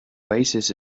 oasis